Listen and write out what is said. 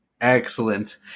Excellent